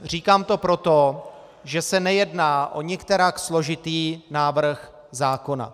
Říkám to proto, že se nejedná o nikterak složitý návrh zákona.